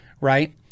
right